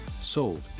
Sold